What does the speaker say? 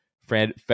Fred